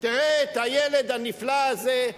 תראה את הילד הנפלא הזה,